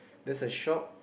there's a shop